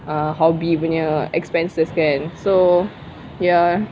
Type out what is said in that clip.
uh hobby punya expenses kan so ya